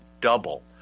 double